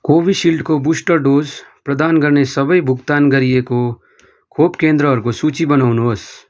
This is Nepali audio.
कोभिसिल्डको बुस्टर डोज प्रदान गर्ने सबै भुक्तान गरिएको खोप केन्द्रहरूको सूची बनाउनुहोस्